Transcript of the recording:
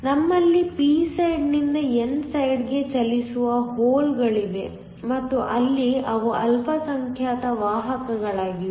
ನಮ್ಮಲ್ಲಿ ಪಿ ಸೈಡ್ನಿಂದ n ಸೈಡ್ಗೆ ಚಲಿಸುವ ಹೋಲ್ಗಳಿವೆ ಮತ್ತು ಅಲ್ಲಿ ಅವು ಅಲ್ಪಸಂಖ್ಯಾತ ವಾಹಕಗಳಾಗಿವೆ